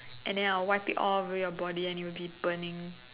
and then I'll wipe it off away on your body and you'll be burning